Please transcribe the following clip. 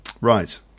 Right